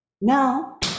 Now